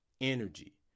Energy